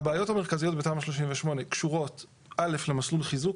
הבעיות המרכזיות בתמ"א 38 קשורות א' למסלול חיזוק.